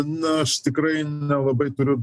na aš tikrai nelabai turiu